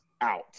out